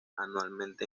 anualmente